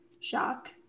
shock